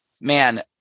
man